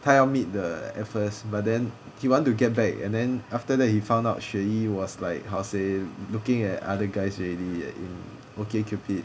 他要 meet 的 leh at first but then he want to get back and then after that he found out xue yi was like how say looking at other guys already in okay cupid